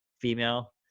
female